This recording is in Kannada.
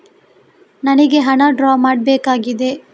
ನನಿಗೆ ಹಣ ಡ್ರಾ ಮಾಡ್ಬೇಕಾಗಿದೆ